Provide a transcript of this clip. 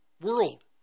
world